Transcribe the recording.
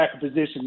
position